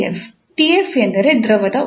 𝑇𝑓 ಎಂದರೆ ದ್ರವದ ಉಷ್ಣತೆ